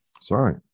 Sorry